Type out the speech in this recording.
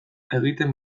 egiten